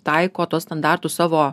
taiko tuos standartus savo